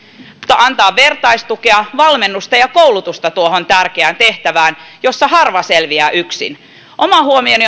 antaa vertaistukea valmennusta ja koulutusta tuohon tärkeään tehtävään jossa harva selviää yksin oma huomioni